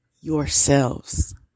yourselves